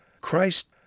Christ